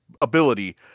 ability